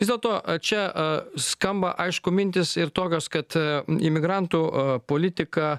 vis dėlto čia skamba aišku mintys ir tokios kad imigrantų politika